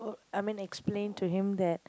I mean explain to him that